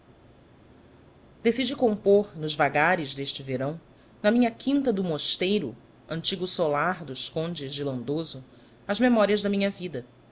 decidi compor nos vagares deste verão na minha quinta do mosteiro antigo solar dos condes de lindoso as memórias da minha vida